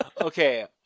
Okay